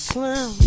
Slim